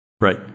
Right